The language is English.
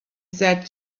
said